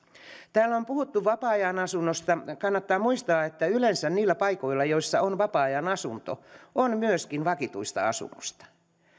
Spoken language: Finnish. täällä on puhuttu vapaa ajanasunnoista kannattaa muistaa että yleensä niillä paikoilla joissa on vapaa ajanasunto on myöskin vakituista asutusta